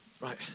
Right